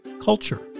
culture